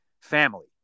family